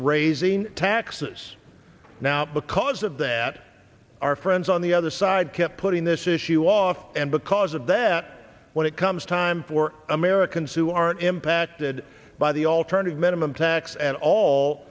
raising taxes now because of that our friends on the other side kept putting this issue off and because of that when it comes time for americans who are impacted by the alternative minimum tax and all